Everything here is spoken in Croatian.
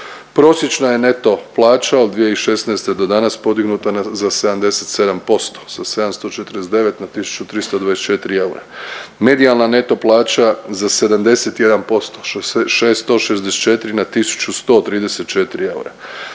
Prosječna je neto plaća od 2016. do danas podignuta za 77% sa 749 na 1324 eura. Medijalna neto plaća za 71%, sa 664 na 1134 eura.